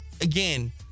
again